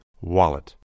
wallet